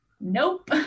nope